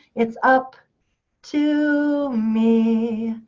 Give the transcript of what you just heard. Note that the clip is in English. it's up to me.